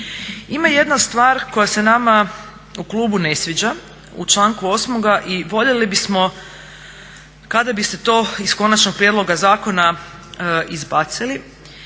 Ima jedna stvar koja se nama u klubu ne sviđa u članku 8.i voljeli bismo kada bi se to iz konačnog prijedloga zakona izbacili.